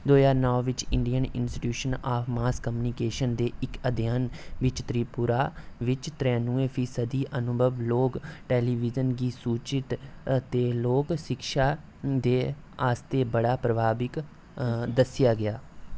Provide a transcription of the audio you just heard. दो ज्हार नौ बिच्च Indian institute of mass communication दे इक अध्ययन दे बिच्च त्रिपुरा बिच्च त्रेआनुऐ फीसदी अनुभवी लोक टेलीविज़न गी सूचित ते लोक शिक्षा दे आस्तै बड़ा प्रभाविक दस्सेआ गेआ